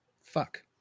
Fuck